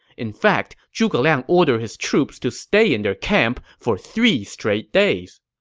in fact, zhuge liang ordered his troops to stay in their camp for three straight days.